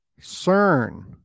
CERN